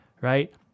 right